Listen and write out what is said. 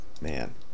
man